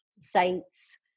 sites